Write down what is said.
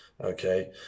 Okay